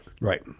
Right